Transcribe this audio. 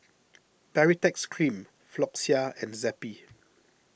Baritex Bream Floxia and Zappy